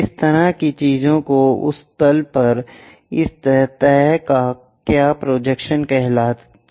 इस तरह की चीज को उस तल पर इस सतह का क्या प्रोजेक्शन्स कहा जाता है